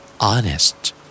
Honest